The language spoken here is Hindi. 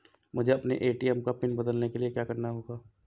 मुझे अपने ए.टी.एम का पिन बदलने के लिए क्या करना होगा?